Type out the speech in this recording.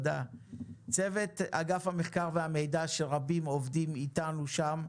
צוות אגף המחקר והמידע שרבים עובדים איתנו שם,